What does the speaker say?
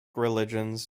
religions